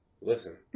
Listen